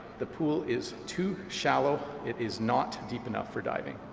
the pool is too shallow. it is not deep enough for diving.